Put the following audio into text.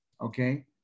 okay